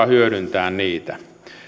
hyödyntää niitä